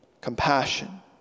compassion